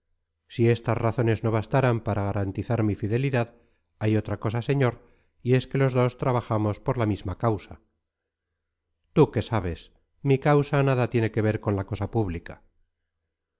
si estas razones no bastaran para garantizar mi fidelidad hay otra señor y es que los dos trabajamos por la misma causa tú qué sabes mi causa nada tiene que ver con la cosa pública